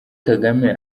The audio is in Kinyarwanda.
kagame